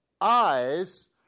eyes